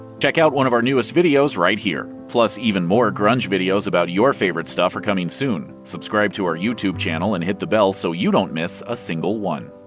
check out one of our newest videos right here! plus, even more grunge videos about your favorite stuff are coming soon. subscribe to our youtube channel and hit the bell so you don't miss a single one.